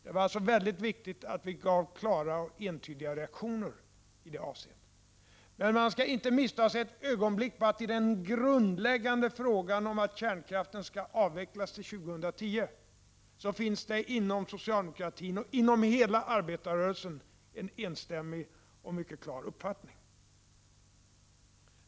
Det var mycket viktigt att vi hade klara och entydiga reaktioner i det avseendet. Man skall inte missta sig ett ögonblick på att i den grundläggande frågan om att kärnkraften skall avvecklas till år 2010 finns det inom socialdemokratin och arbetarrörelsen en enstämmig och mycket klar uppfattning.